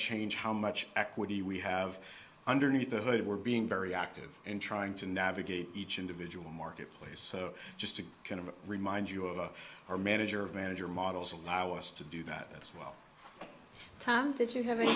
change how much equity we have underneath the hood we're being very active in trying to navigate each individual market place so just to kind of remind you of our manager of manager models allow us to do that as well tom did you have any